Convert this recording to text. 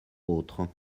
vôtres